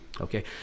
okay